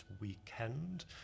weekend